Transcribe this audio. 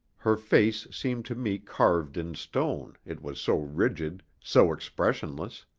her face seemed to me carved in stone, it was so rigid, so expressionless.